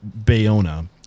Bayona